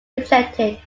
rejected